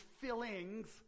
fillings